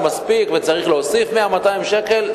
וצריך להוסיף 100 200 שקל,